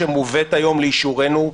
שמובאת היום לאישורנו,